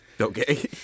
Okay